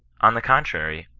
on the con trary,